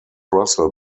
russell